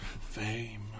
Fame